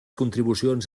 contribucions